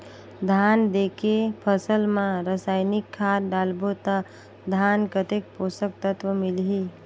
धान देंके फसल मा रसायनिक खाद डालबो ता धान कतेक पोषक तत्व मिलही?